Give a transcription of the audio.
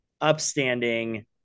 upstanding